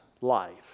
life